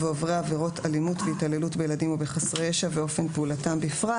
ועוברי עבירות אלימות והתעללות בילדים או בחסרי ישע ואופן פעולתם בפרט."